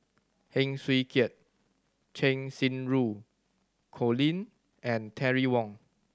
Heng Swee Keat Cheng Xinru Colin and Terry Wong